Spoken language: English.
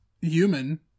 human